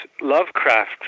Lovecraft